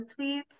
tweets